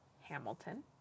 Hamilton